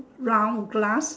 round glass